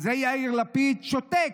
על זה יאיר לפיד שותק.